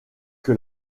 que